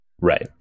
Right